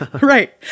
right